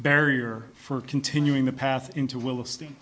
barrier for continuing the path into willist